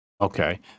okay